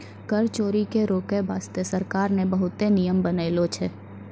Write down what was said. कर चोरी के रोके बासते सरकार ने बहुते नियम बनालो छै